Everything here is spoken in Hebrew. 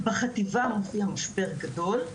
בחטיבה מופיע משבר גדול,